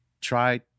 try